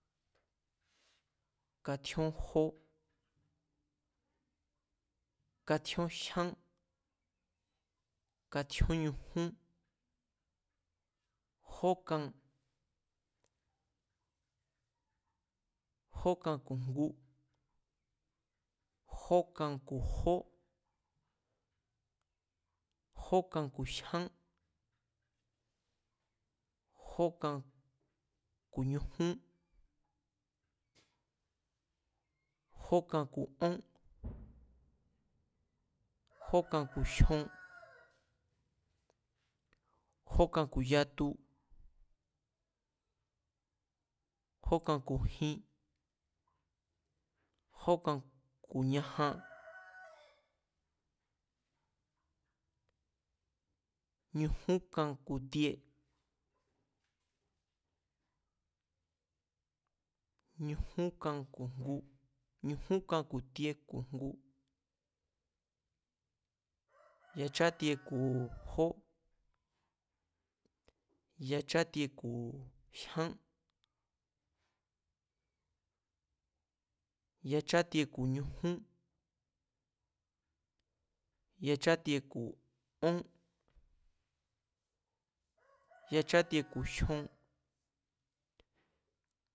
Katjíón jó, katjíón jyán, katjíón ñujún, jókan jókan ku̱ ngu, jóka ku̱ jó, jókan ku̱ jyán, jókan ku̱ ñujún, jókan ku̱ ón, jókan ku̱ jyon, jókan ku̱ yatu, jókan ku̱ jin, jókan ku̱ ñajan, ñujúnkan ku̱ tie, ñujúnkan ku̱ tie ku̱ ngu, yachátie ku̱ jó, yachátie ku̱ jyán, yachátie ku̱ ñujún, yachátien ku̱ ón, yachátie ku̱ jyon